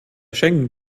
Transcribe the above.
schengen